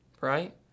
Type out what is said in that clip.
right